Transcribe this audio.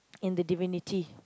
in the divinity